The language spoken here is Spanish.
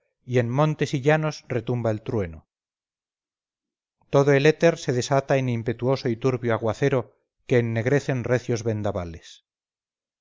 y en montes y llanos retumba el trueno todo el éter se desata en impetuoso y turbio aguacero que ennegrecen recios vendavales